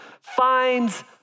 finds